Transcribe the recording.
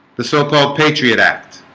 the so-called patriot act.